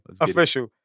Official